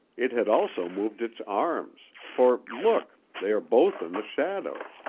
it had also moved its arms, for, look, they are both in the shadow!